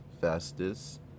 fastest